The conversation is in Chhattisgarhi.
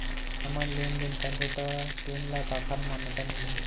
हमन लेन देन करबो त तेन ल काखर मान्यता मिलही?